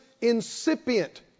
incipient